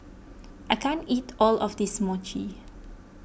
I can't eat all of this Mochi